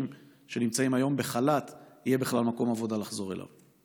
שנמצאים היום בחל"ת יהיה מקום עבודה לחזור אליו.